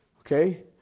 Okay